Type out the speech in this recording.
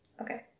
Okay